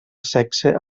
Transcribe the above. sexe